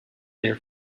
dear